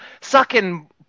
Sucking